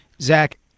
Zach